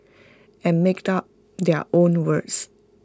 and make up their own words